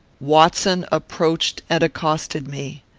watson approached and accosted me.